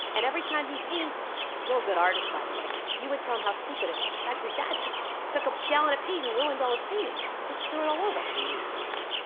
and every time he paints' he was a real good artist, by the way you would tell him how stupid it was. in fact, his dad took a gallon of paint and ruined all his paintings, just threw it all over. jesus!